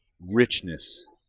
richness